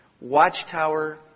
Watchtower